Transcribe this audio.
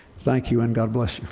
thank you and god bless